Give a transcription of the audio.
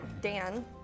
Dan